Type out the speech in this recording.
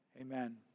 amen